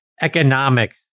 economics